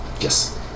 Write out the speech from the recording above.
Yes